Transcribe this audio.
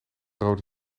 rode